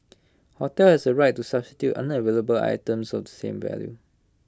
hotel has the right to substitute unavailable items of the same value